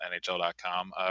NHL.com